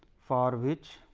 for which